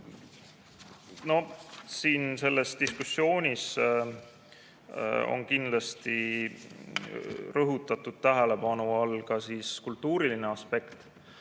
olnud. Selles diskussioonis on kindlasti rõhutatud tähelepanu all ka kultuuriline aspekt.